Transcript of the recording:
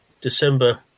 December